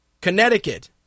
Connecticut